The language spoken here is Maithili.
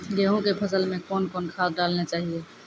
गेहूँ के फसल मे कौन कौन खाद डालने चाहिए?